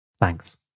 Thanks